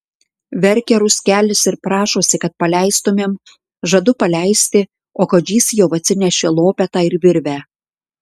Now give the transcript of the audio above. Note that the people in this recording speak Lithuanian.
verkia ruskelis ir prašosi kad paleistumėm žadu paleisti o kadžys jau atsinešė lopetą ir virvę